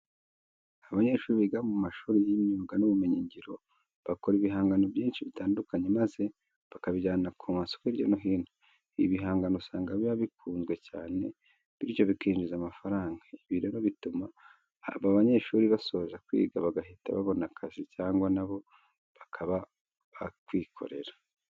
Abanyeshuri biga mu mashuri y'imyuga n'ubumenyungiro bakora ibihangano byinshi bitandukanye maze bakabijyana ku masoko hirya no hino. Ibi bihangano usanga biba bikunzwe cyane bityo bikinjiza amafaranga. Ibi rero bituma aba banyeshuri basoza kwiga bagahita babona akazi cyangwa na bo bakaba bakikorera.